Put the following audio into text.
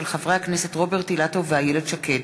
של חברי הכנסת רוברט אילטוב ואיילת שקד,